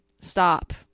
stop